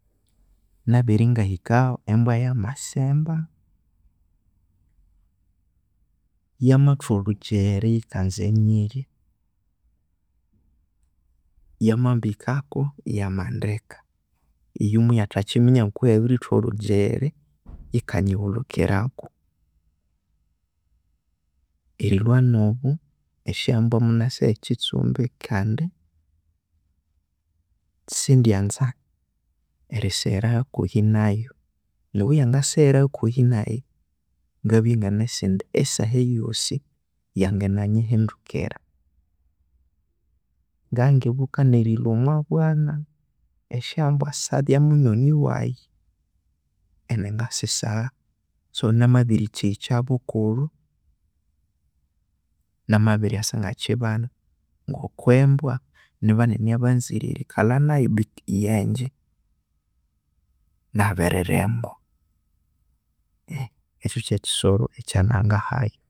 Nabere ingahikaho embwa yamasemba yamatwa olhujeghere yikanza erinyirya yamambikako yamandeki iyo muyathakiminya ngoko yabirithwa olhujeghere ghikanyihulhukirako erilwa nobo esyambwa munasiha ekitsumbi kandi sindyanza eriseghera hakuhi nayu, nobuyangaseghera hakuhi naghe ngabya ienganasi indi esaha eyoosi yangananyihindukira, ngabya engibuka nerilya omwa bwana esyambwa sabya munywani wghee iningasisagha, so namabirikihikya bukulhu namabiryasa ingakibana ngoko embwa ni banene abanzire erikalha nayu beithu yangye nabirilhemwa eeeeh ekyo kyekisoro ekyanangahayo.